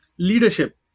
Leadership